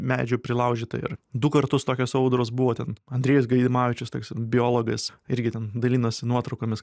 medžių prilaužyta ir du kartus tokios audros buvo ten andrejus gaidamavičius toks biologas irgi ten dalinosi nuotraukomis